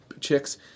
chicks